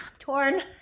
Torn